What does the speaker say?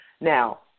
Now